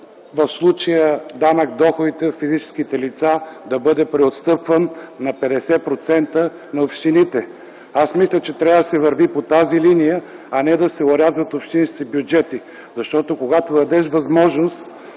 в случая данъкът върху доходите на физическите лица, да бъде преотстъпван на 50% на общините? Аз мисля, че трябва да се върви по тази линия, а не се орязват общински бюджети, защото когато дадеш възможност